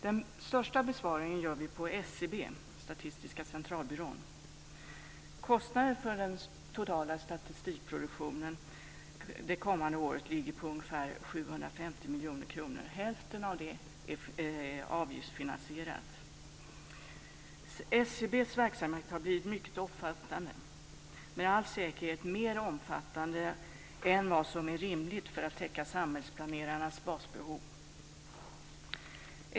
Den största besparingen gör vi på SCB, Statistiska centralbyrån. Kostnaden för den totala statistikproduktionen det kommande året ligger på ungefär 750 miljoner kronor. Hälften av det är avgiftsfinansierat. SCB:s verksamhet har blivit mycket omfattande, med all säkerhet mer omfattande än vad som är rimligt för att täcka samhällsplanerarnas basbehov.